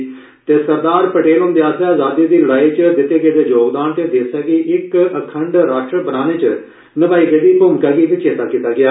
इस मौके उप्पर सरदार पटेल हुंदे आसेआ आजादी दी लड़ाई च दित्ते गेदे योगदान ते देसै गी इक्क अखंड राष्ट्र बनाने च निमाई गेदी भूमिका गी बी चेत्ता कीता गेआ